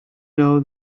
know